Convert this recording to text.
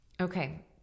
Okay